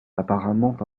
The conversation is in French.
apparemment